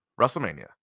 WrestleMania